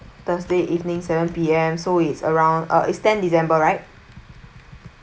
thursday evening seven P_M so is around uh is ten december right